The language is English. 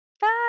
Bye